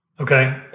Okay